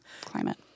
climate